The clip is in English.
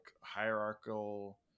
hierarchical